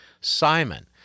Simon